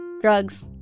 Drugs